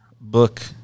book